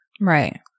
Right